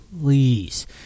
please